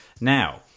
Now